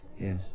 Yes